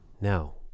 Now